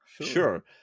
Sure